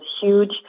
huge